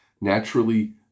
Naturally